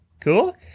cool